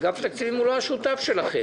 אגף התקציבים הוא לא השותף שלכם.